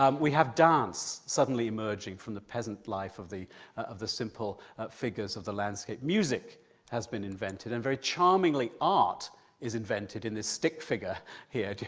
um we have dance suddenly emerging from the peasant life of the of the simple figures of the landscape. music has been invented and very charmingly art is invented in this stick figure here,